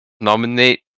nominate